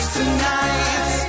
tonight